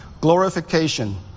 glorification